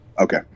Okay